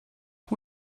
who